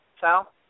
Sal